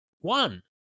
one